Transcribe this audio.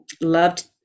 loved